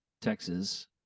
Texas